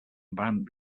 environment